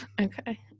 Okay